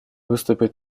выступит